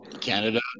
Canada